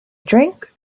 drink